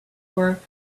were